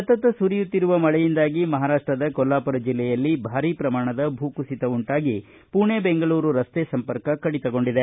ಸತತ ಸುರಿಯುತ್ತಿರುವ ಮಳೆಯಿಂದಾಗಿ ಮಹಾರಾಷ್ಷದ ಕೊಲ್ಲಾಪುರ ಜಿಲ್ಲೆಯಲ್ಲಿ ಭಾರಿ ಪ್ರಮಾಣದ ಭೂಕುಸಿತ ಉಂಟಾಗಿ ಪುಣೆ ಬೆಂಗಳೂರು ರಸ್ತೆ ಸಂಪರ್ಕ ಕಡಿತಗೊಂಡಿದೆ